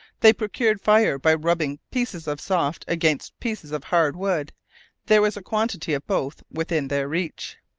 they procured fire by rubbing pieces of soft against pieces of hard wood there was a quantity of both within their reach.